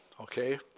okay